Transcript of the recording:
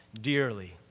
dearly